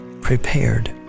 prepared